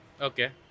Okay